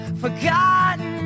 forgotten